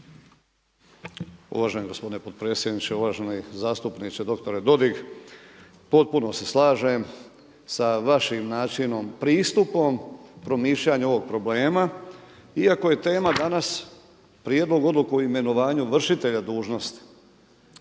Uvaženi gospodine potpredsjedniče, uvaženi zastupniče doktore Dodig potpuno se slažem sa vašim načinom pristupom promišljanju ovog problema iako je tema danas prijedlog odluke o imenovanju vršitelja dužnosti.